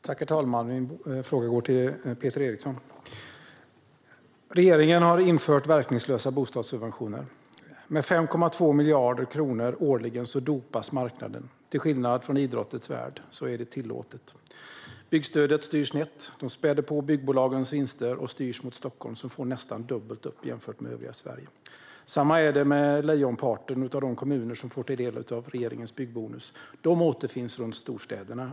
Herr talman! Min fråga går till Peter Eriksson. Regeringen har infört verkningslösa bostadssubventioner. Med 5,2 miljarder kronor årligen dopas marknaden. Till skillnad från i idrottens värld är det tillåtet. Byggstöden styr snett. De spär på byggbolagens vinster och styrs mot Stockholm, som får nästan dubbelt upp jämfört med övriga Sverige. Samma sak är det med lejonparten av de kommuner som får ta del av regeringens byggbonus. De återfinns runt storstäderna.